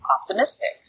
optimistic